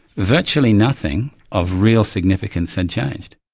virtually nothing of real significance had changed.